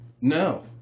No